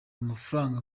amafaranga